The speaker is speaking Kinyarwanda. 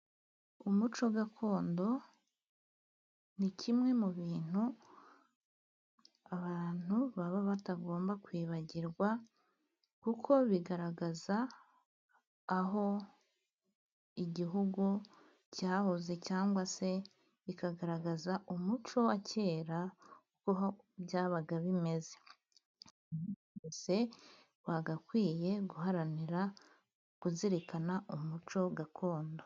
Umuco gakondo ni kimwe mu bintu abantu baba batagomba kwibagirwa, kuko bigaragaza aho igihugu cyahoze cyangwa se ikagaragaza umuco wa kera uko byabaga bimeze bagakwiye guharanira kuzirikana umuco gakondo.